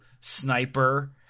sniper